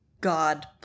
god